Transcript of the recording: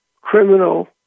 criminal